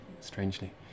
strangely